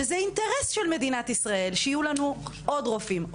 וזה אינטרס של מדינת ישראל שיהיו לנו עוד רופאים,